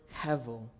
hevel